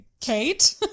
kate